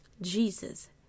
Jesus